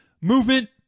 Movement